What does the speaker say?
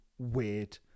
weird